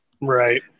Right